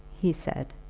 he said,